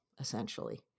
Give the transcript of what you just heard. Essentially